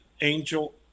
angel